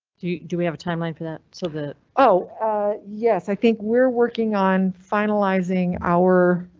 do do we have a timeline for that? so the oh yes, i think we're working on finalizing our